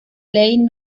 ley